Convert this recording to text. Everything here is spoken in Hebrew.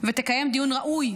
ותקיים דיון ראוי